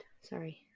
Sorry